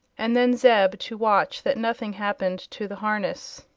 and then zeb to watch that nothing happened to the harness.